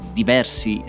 diversi